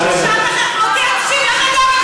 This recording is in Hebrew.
כבוד היושב-ראש, אני לא שומע את עצמי אפילו.